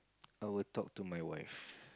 I will talk to my wife